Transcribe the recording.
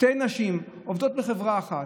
שתי נשים עובדות בחברה אחת,